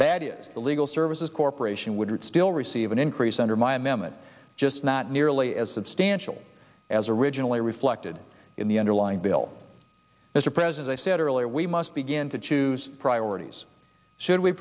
the legal services corporation would still receive an increase under my m m it just not nearly as substantial as originally reflected in the underlying bill mr president said earlier we must begin to choose priorities should we